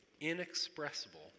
inexpressible